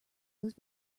nose